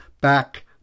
back